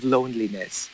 Loneliness